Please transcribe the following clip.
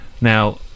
Now